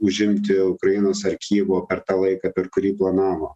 užimti ukrainos ar kijivo per tą laiką per kurį planavo